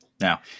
Now